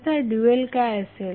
याचा ड्यूएल काय असेल